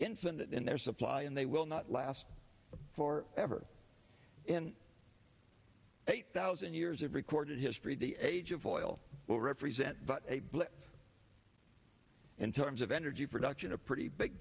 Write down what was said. infinite in their supply and they will not last for ever in a thousand years of recorded history the age of oil will represent but a blip in terms of energy production a pretty big